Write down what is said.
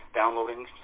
downloading